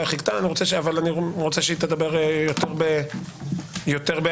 אני רוצה שהיא תדבר יותר באריכות.